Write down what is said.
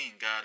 God